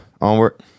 Onward